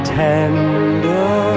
tender